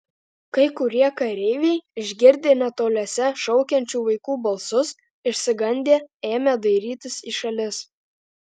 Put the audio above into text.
kai kurie kareiviai išgirdę netoliese šaukiančių vaikų balsus išsigandę ėmė dairytis į šalis